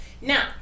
Now